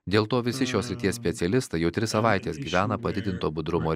dėl to visi šios srities specialistai jau tris savaites gyvena padidinto budrumo